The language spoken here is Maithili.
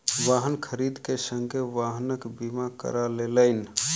वाहन खरीद के संगे वाहनक बीमा करा लेलैन